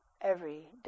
everyday